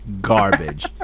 garbage